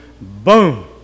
Boom